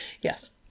yes